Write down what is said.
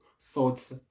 thoughts